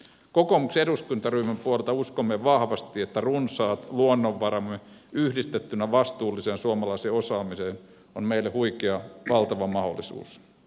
kokoomuksen eduskuntaryhmän puolelta uskomme vahvasti että runsaat luonnonvaramme yhdistettynä vastuulliseen suomalaiseen osaamiseen on meille huikea valtava mahdollisuus